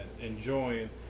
enjoying